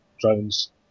drones